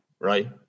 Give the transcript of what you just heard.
right